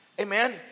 Amen